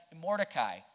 Mordecai